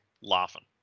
Laughing